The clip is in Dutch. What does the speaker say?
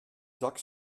zak